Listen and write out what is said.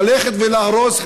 ללכת ולהרוס,